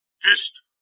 Fist